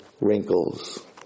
wrinkles